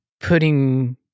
putting